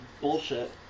bullshit